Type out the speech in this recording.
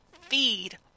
feed